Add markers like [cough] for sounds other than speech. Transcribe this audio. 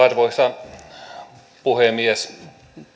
[unintelligible] arvoisa puhemies